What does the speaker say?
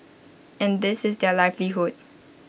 and this is their livelihood